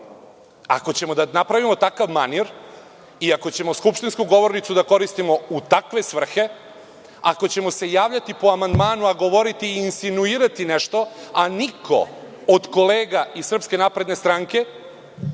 ćemo da napravimo takav manir i ako ćemo skupštinsku govornicu da koristimo u takve svrhe, ako ćemo se javljati po amandmanu, a govoriti i insinuirati nešto, a niko od kolega iz Srpske napredne stranke